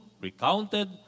recounted